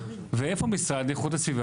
ואיפה המשרד לאיכות הסביבה?